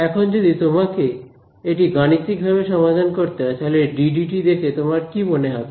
এখন যদি তোমাকে এটি গাণিতিক ভাবে সমাধান করতে হয় তাহলে ddt দেখে তোমার কি মনে হবে